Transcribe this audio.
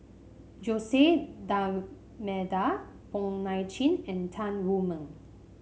Jose D'Almeida Wong Nai Chin and Tan Wu Meng